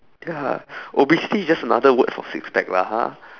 ya obesity is just another word for six pack lah ha